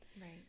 Right